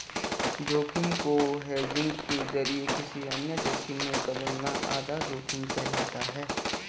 जोखिम को हेजिंग के जरिए किसी अन्य जोखिम में बदलना आधा जोखिम कहलाता है